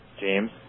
James